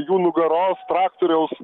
jų nugaros traktoriaus